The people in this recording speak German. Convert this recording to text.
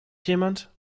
jemand